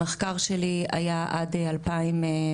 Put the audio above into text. המחקר שלי היה עד 2017,